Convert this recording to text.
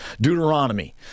Deuteronomy